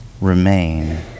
remain